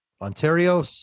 ontario